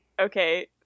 Okay